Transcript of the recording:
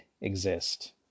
exist